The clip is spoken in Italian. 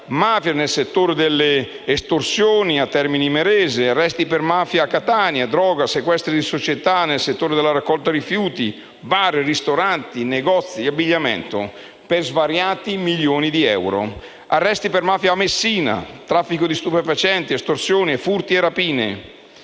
mafia nel settore delle estorsioni a Termini Imerese; arresti per mafia a Catania per droga e sequestro di società nel settore della raccolta dei rifiuti e nei bar, ristoranti e negozi di abbigliamento per svariati milioni di euro; arresti per mafia a Messina per traffico di stupefacenti, estorsioni, furti e rapine.